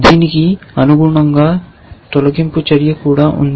దీనికి అనుగుణంగా తొలగింపు చర్య కూడా ఉంది